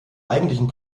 eigentlichen